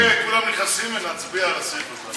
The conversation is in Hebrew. כולם נכנסים ונצביע, על המשנה.